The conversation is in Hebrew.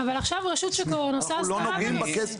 עכשיו רשות שוק ההון עושה אסדרה בנושא.